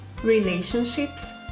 Relationships